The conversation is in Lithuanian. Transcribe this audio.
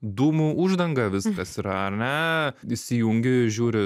dūmų uždanga viskas yra ar ne įsijungi žiūri